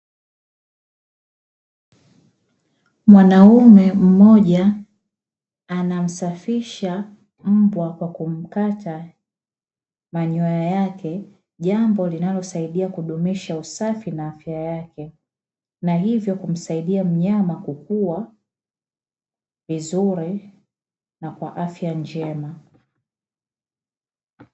Mwanaume mmoja anamsafisha mbwa kwa kumkata manyoya yake, jambo linalosaidia kudumisha usafi na afya yake, na hivyo kumsaidia mnyama kukua vizuri na kwa afya njema.